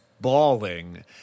bawling